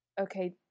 Okay